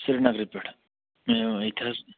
سری نگرٕ پیٚٹھٕ ییٚتہِ حظ